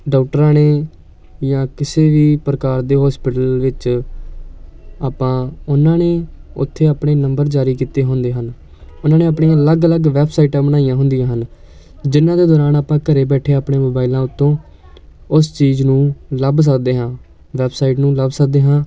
ਡਾਕਟਰਾਂ ਨੇ ਜਾਂ ਕਿਸੇ ਵੀ ਪ੍ਰਕਾਰ ਦੇ ਹੋਸਪਿਟਲ ਵਿੱਚ ਆਪਾਂ ਉਹਨਾਂ ਨੇ ਉੱਥੇ ਆਪਣੇ ਨੰਬਰ ਜਾਰੀ ਕੀਤੇ ਹੁੰਦੇ ਹਨ ਉਹਨਾਂ ਨੇ ਆਪਣੀਆਂ ਅਲੱਗ ਅਲੱਗ ਵੈੱਬਸਾਈਟਾਂ ਬਣਾਈਆਂ ਹੁੰਦੀਆਂ ਹਨ ਜਿਨ੍ਹਾਂ ਦੇ ਦੌਰਾਨ ਆਪਾਂ ਘਰ ਬੈਠੇ ਆਪਣੇ ਮੋਬਾਈਲਾਂ ਉੱਤੋਂ ਉਸ ਚੀਜ਼ ਨੂੰ ਲੱਭ ਸਕਦੇ ਹਾਂ ਵੈਬਸਾਈਟ ਨੂੰ ਲੱਭ ਸਕਦੇ ਹਾਂ